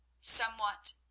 somewhat